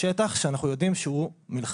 אנחנו נכנסים לשטח שאנחנו יודעים שהוא מלחמה,